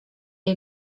jej